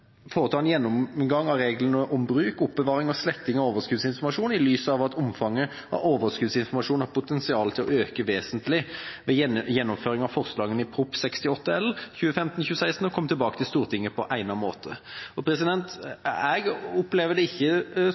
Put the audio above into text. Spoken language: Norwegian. en gjennomgang av reglene om bruk, oppbevaring og sletting av overskuddsinformasjon i lys av at omfanget av overskuddsinformasjon har potensial til å øke vesentlig ved gjennomføringen av forslagene i Prop. 68 L , og komme tilbake til Stortinget på egnet måte.» Jeg opplever det ikke